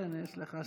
כן, יש לך שלוש שעות.